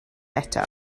eto